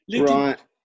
Right